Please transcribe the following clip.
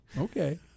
Okay